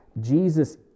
Jesus